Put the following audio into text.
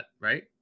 right